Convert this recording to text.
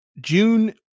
June